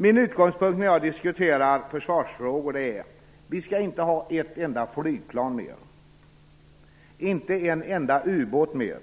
Min utgångspunkt när jag diskuterar försvarsfrågor är att vi inte skall ha ett enda flygplan mer, inte en enda ubåt mer,